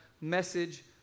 message